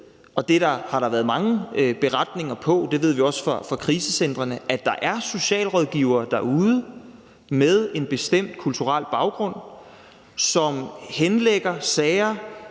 og det har der været mange beretninger om; vi ved det også fra krisecentrene – at der er socialrådgivere derude med en bestemt kulturel baggrund, som henlægger sager,